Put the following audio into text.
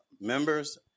members